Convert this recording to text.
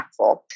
impactful